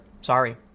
Sorry